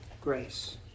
grace